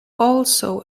also